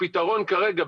הפתרון כרגע,